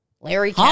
Larry